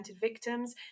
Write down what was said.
victims